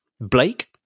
Blake